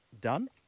Done